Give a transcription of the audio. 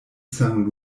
saint